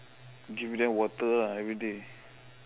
give them water ah everyday